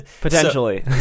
Potentially